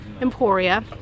Emporia